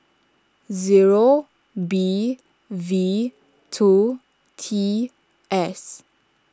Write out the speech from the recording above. zero B V two T S